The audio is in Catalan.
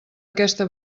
aquesta